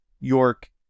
York